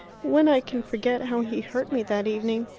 when i can forget how he hurt me that evening.